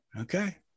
Okay